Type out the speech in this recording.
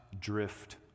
drift